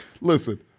Listen